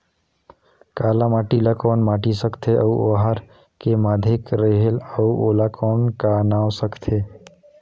काला माटी ला कौन माटी सकथे अउ ओहार के माधेक रेहेल अउ ओला कौन का नाव सकथे?